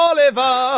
Oliver